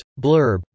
Blurb